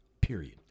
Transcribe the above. period